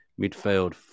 Midfield